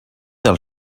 del